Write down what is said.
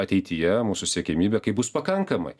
ateityje mūsų siekiamybė kai bus pakankamai